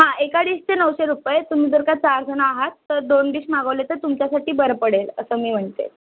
हां एका डिशचे नऊशे रुपये तुम्ही जर का चारजणं आहात तर दोन डिश मागवले तर तुमच्यासाठी बरं पडेल असं मी म्हणते